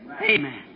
Amen